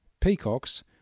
peacocks